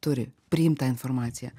turi priimt tą informaciją